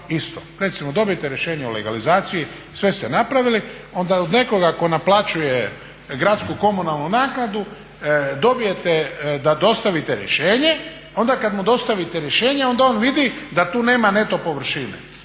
Recimo dobijete rješenje o legalizaciji, sve ste napravili onda od nekoga ko naplaćuje gradsku komunalnu naknadu dobijete da dostavite rješenje, onda kad mu dostavite rješenje onda on vidi da tu nema neto površine.